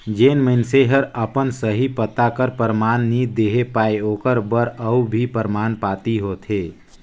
जेन मइनसे हर अपन सही पता कर परमान नी देहे पाए ओकर बर अउ भी परमान पाती होथे